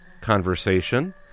conversation